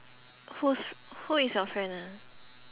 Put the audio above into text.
who's who is your friend ah